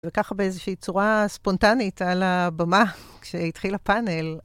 וככה באיזושהי צורה ספונטנית על הבמה כשהתחיל הפאנל.